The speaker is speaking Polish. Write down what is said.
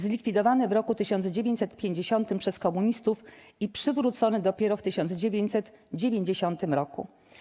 Zlikwidowany w roku 1950 przez komunistów i przywrócony dopiero w 1990 roku.